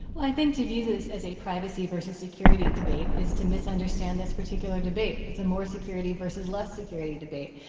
i think to view this as a privacy versus security debate is to misunderstand this particular debate. it's a more security versus less security debate.